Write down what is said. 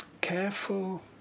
Careful